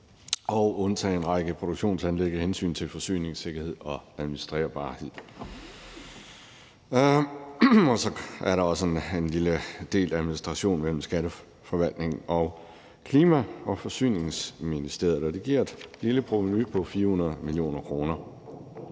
og undtage en række produktionsanlæg af hensyn til forsyningssikkerhed og administrerbarhed. Så er der også en lille del administration mellem skatteforvaltningen og Klima-, Energi- og Forsyningsministeriet, der giver et lille provenu på 400 mio. kr.